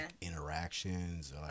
interactions